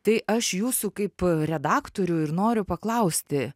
tai aš jūsų kaip redaktorių ir noriu paklausti